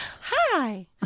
Hi